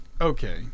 okay